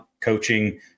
coaching